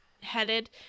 headed